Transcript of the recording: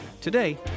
today